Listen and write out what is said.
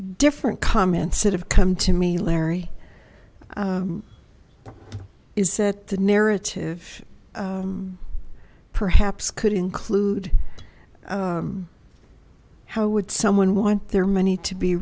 different comments that have come to me larry is that the narrative perhaps could include how would someone want their money to be